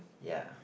ya